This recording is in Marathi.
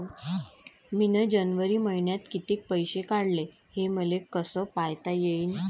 मिन जनवरी मईन्यात कितीक पैसे काढले, हे मले कस पायता येईन?